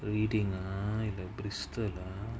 reading ah இல்ல இப்டி சுத்துர:illa ipdi suthura lah